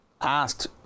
asked